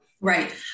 Right